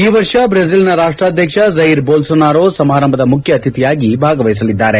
ಈ ವರ್ಷ ದ್ರೆಜಿಲ್ನ ರಾಷ್ಲಾಧ್ಯಕ್ಷ ಝಿಯರ್ ದೋಲ್ಲೋನಾರೋ ಸಮಾರಂಭದ ಮುಖ್ಯ ಅತಿಥಿಯಾಗಿ ಭಾಗವಹಿಸಲಿದ್ದಾರೆ